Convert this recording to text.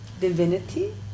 divinity